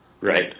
right